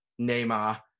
Neymar